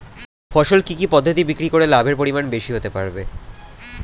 ফসল কি কি পদ্ধতি বিক্রি করে লাভের পরিমাণ বেশি হতে পারবে?